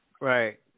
right